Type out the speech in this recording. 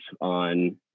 on